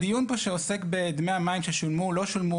הדיון פה שעוסק בדמי המים ששולמו או לא שולמו,